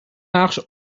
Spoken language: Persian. نقش